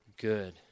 good